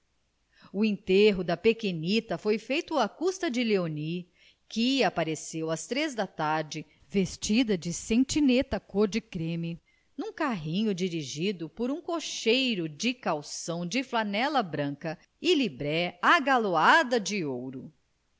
o enterro da pequenita foi feito à custa de léonie que apareceu às três da tarde vestida de cetineta cor de creme num carrinho dirigido por um cocheiro de calção de flanela branca e libré agaloada de ouro